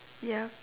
ya